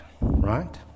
right